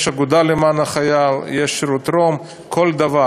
יש האגודה למען החייל, יש "שירותרום", כל דבר.